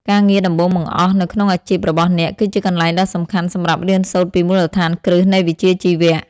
ការងារដំបូងបង្អស់នៅក្នុងអាជីពរបស់អ្នក គឺជាកន្លែងដ៏សំខាន់សម្រាប់រៀនសូត្រពីមូលដ្ឋានគ្រឹះនៃវិជ្ជាជីវៈ។